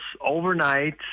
overnight